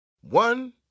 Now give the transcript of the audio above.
One